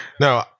no